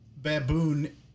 baboon